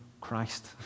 Christ